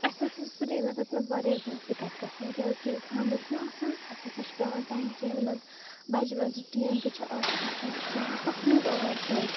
اَسہِ ہَسا سرینَگرَس مَنٛز واریاہ زیادٕ دقت گژھان کیٛازِکہِ ییٚلہِ خانٛدَر چھُنہ آسان اَسہِ ہَسا چھِ پٮ۪وان ٹٮ۪نٛکِیَن منٛز بَجہِ بَجہِ ٹینٛکہٕ چھِ آسان اَسہِ ہَسا چھُ پٮ۪وان تَتھ منٛز آب سارُن